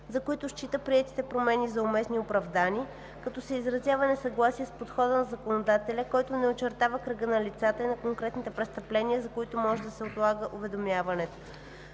за които счита приетите промени за уместни и оправдани, като се изразява несъгласие с подхода на законодателя, който не очертава кръга на лицата и на конкретните престъпления, за които може да се отлага уведомяването.